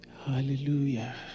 Hallelujah